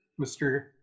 Mr